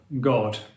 God